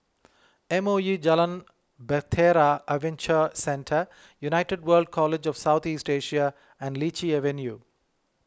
M O E Jalan Bahtera Adventure Centre United World College of South East Asia and Lichi Avenue